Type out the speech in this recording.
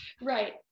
Right